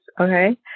Okay